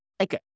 Okay